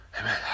Amen